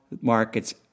markets